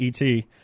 ET